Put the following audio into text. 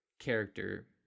character